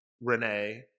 Renee